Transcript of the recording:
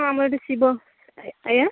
ହଁ ଆମର ଏଠି ଶିବ ଆଜ୍ଞା